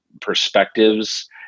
perspectives